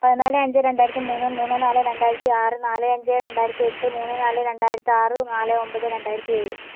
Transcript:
പതിനാല് അഞ്ച് രണ്ടായിരത്തിമൂന്ന് മൂന്ന് നാല് രണ്ടായിരത്തി ആറ് നാല് അഞ്ച് രണ്ടായിരത്തി എട്ട് മൂന്നേ നാല് രണ്ടായിരത്തി ആറ് നാല് ഒമ്പത് രണ്ടായിരത്തി ഏഴ്